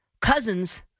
Cousins